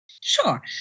Sure